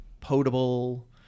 potable